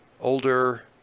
older